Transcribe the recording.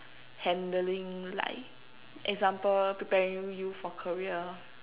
handling like example preparing you for career